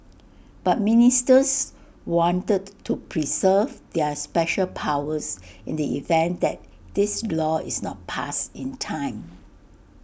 but ministers wanted to preserve their special powers in the event that this law is not passed in time